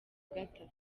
gatanu